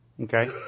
Okay